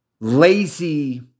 Lazy